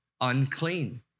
unclean